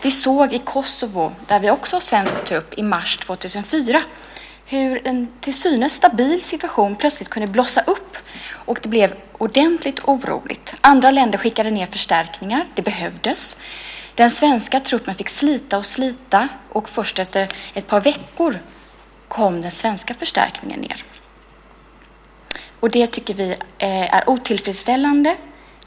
Vi såg i Kosovo, där vi också har svensk trupp, i mars 2004 hur en till synes stabil situation plötsligt kunde blossa upp och det blev ordentligt oroligt. Andra länder skickade ned förstärkningar - det behövdes. Den svenska truppen fick slita och slita, och först efter ett par veckor kom den svenska förstärkningen ned. Vi tycker att det är otillfredsställande.